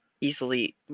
easily